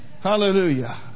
Hallelujah